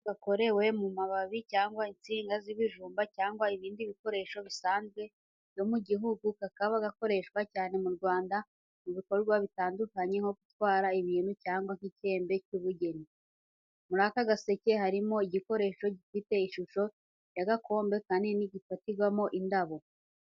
Agaseke gakorewe mu mababi cyangwa insinga z'ibijumba cyangwa ibindi bikoresho bisanzwe byo mu gihugu, kakaba gakoreshwa cyane mu Rwanda mu bikorwa bitandukanye nko gutwara ibintu cyangwa nk’icyembe cy’ubugeni. Muri ako gaseke harimo igikoresho gifite ishusho y'igakombe kinini gifatirwamo indabo,